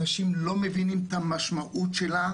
אנשים לא מבינים את המשמעות שלה,